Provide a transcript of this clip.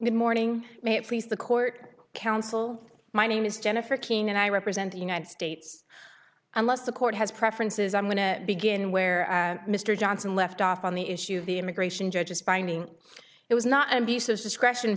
good morning may it please the court counsel my name is jennifer kean and i represent the united states unless the court has preferences i'm going to begin where mr johnson left off on the issue of the immigration judges finding it was not an abuse of discretion